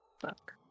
fuck